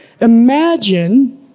imagine